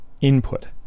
input